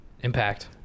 impact